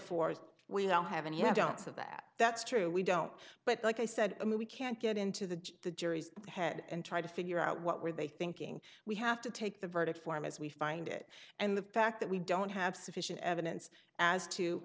force we don't have any you don't have that that's true we don't but like i said i mean we can't get into the the jury's head and try to figure out what were they thinking we have to take the verdict form as we find it and the fact that we don't have sufficient evidence as to